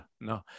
no